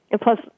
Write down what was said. Plus